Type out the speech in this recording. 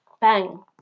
Bang